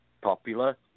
popular